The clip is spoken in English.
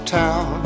town